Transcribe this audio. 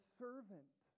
servant